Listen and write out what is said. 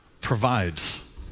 provides